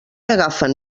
agafen